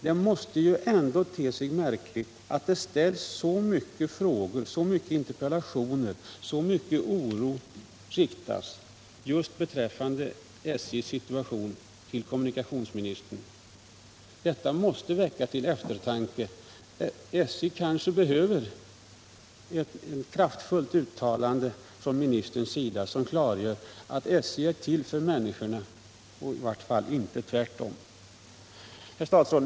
Det måste ändå te sig märkligt att det ställs så många frågor och så många interpellationer i denna fråga. Att så mycket oro kommer fram just beträffande SJ:s situation måste väcka eftertanke hos kommunikationsministern. SJ kanske behöver ett kraftfullt uttalande från ministerns sida som klargör att SJ är till för människorna och inte tvärtom.